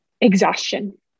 exhaustion